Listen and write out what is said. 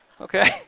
Okay